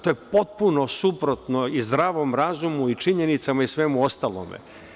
To je potpuno suprotno i zdravom razumu i činjenicama i svemu ostalom.